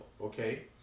okay